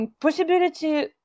possibility